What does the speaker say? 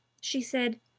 she said,